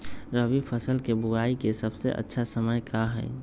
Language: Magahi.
रबी फसल के बुआई के सबसे अच्छा समय का हई?